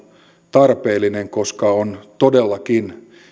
tarpeellinen koska on todellakin